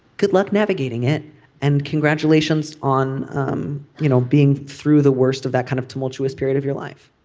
good luck navigating it and congratulations on um you know being through the worst of that kind of tumultuous period of your life